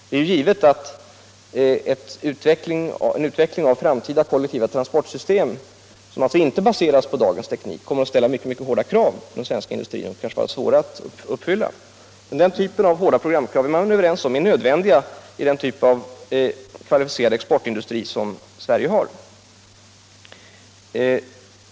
Det är givet att en utveckling av framtida kollektivtransportsystem, som inte baseras på dagens teknik, kommer att ställa mycket hårda krav som vår industri kanske har svårt att uppfylla. Men man är överens om att sådana hårda programkrav är nödvändiga vid den typ av kvalificerad exportindustri som Sverige har.